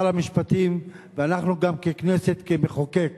שר המשפטים ואנחנו גם ככנסת, כמחוקק,